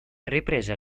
riprese